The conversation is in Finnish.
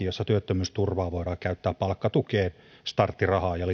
jossa työttömyysturvaa voidaan käyttää palkkatukeen starttirahaan ja